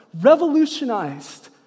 revolutionized